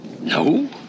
No